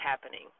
happening